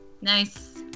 nice